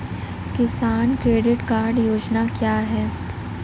किसान credit card योजना क्या है?